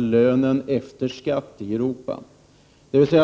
löner efter skatt i Europas stater. Det var ett mycket klokt påpekande.